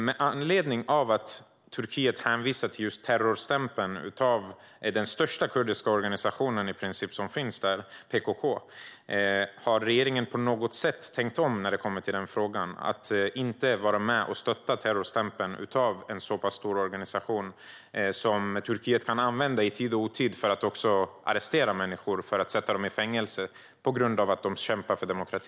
Med anledning av att Turkiet hänvisar till terrorstämpeln av den i princip största kurdiska organisation som finns där, PKK, undrar jag om regeringen på något sätt har tänkt om i fråga om att inte vara med och stötta terrorstämpeln av en så pass stor organisation. Denna terrorstämpel kan Turkiet använda i tid och otid för att arrestera människor och sätta dem i fängelse på grund av att de kämpar för demokrati.